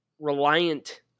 reliant